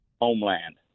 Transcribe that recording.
homeland